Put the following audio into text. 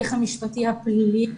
ההליך המשפטי הפלילי,